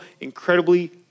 incredibly